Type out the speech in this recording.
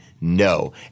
No